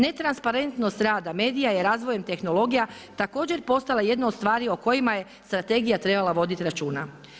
Netransparentnost rada medija je razvojem tehnologija također postala jedna od stvari o kojima je strategija trebala voditi računa.